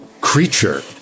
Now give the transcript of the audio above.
creature